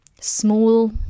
small